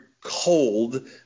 cold